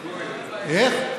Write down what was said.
יואב,